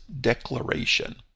declaration